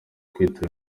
kwitaba